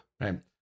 Right